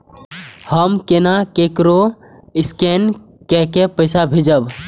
हम केना ककरो स्केने कैके पैसा भेजब?